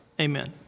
Amen